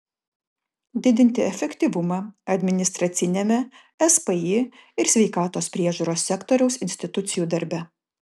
didinti efektyvumą administraciniame spį ir sveikatos priežiūros sektoriaus institucijų darbe